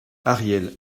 ariel